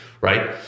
right